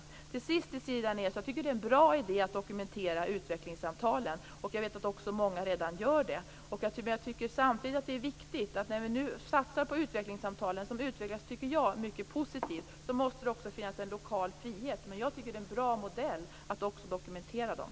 Till sist vill jag säga till Siri Dannaeus att jag tycker att det är en bra idé att dokumentera utvecklingssamtalen. Jag vet också att många redan gör det. Men jag tycker samtidigt att det är viktigt att när vi nu satsar på utvecklingssamtalen, som jag tycker utvecklas mycket positivt, måste det också finnas en lokal frihet. Men jag tycker att det är en bra modell att också dokumentera dem.